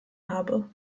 habe